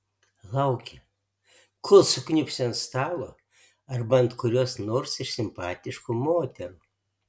lauki kol sukniubsi ant stalo arba ant kurios nors iš simpatiškų moterų